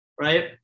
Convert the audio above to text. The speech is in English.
right